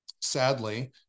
sadly